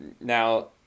Now